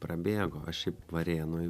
prabėgo aš šiaip varėnoj